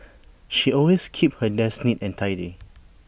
she always keeps her desk neat and tidy